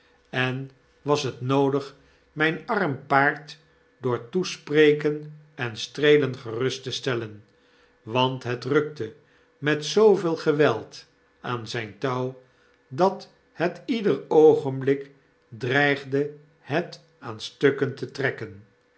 en was het noodig myn arm paard door toespreken en streelen gerust te stellen want het rukte met zooveel geweld aan zijn touw dat het ieder oogenblik dreigde het aan stukken te trekken